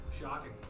Shocking